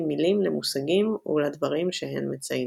מילים למושגים ולדברים שהן מציינות.